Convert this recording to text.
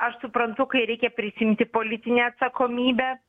aš suprantu kai reikia prisiimti politinę atsakomybę